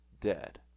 dead